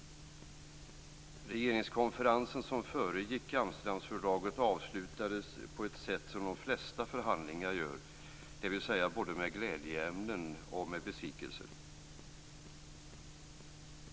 Regeringskonferensen som föregick Amsterdamfördraget avslutades på ett sätt som de flesta förhandlingar gör, dvs. både med glädjeämnen och med besvikelser.